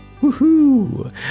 Woohoo